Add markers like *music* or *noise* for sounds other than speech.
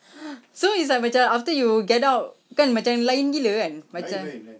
*breath* so it's like macam after you get out kan macam lain gila kan macam